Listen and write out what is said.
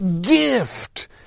gift